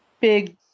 big